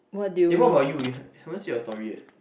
eh what about you you have haven't say your story